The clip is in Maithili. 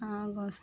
अहाँ गाँवसँ जायब